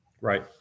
Right